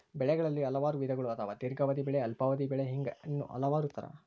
ಬೆಳೆಗಳಲ್ಲಿ ಹಲವಾರು ವಿಧಗಳು ಅದಾವ ದೇರ್ಘಾವಧಿ ಬೆಳೆ ಅಲ್ಪಾವಧಿ ಬೆಳೆ ಹಿಂಗ ಇನ್ನೂ ಹಲವಾರ ತರಾ